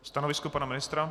Stanovisko pana ministra?